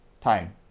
Time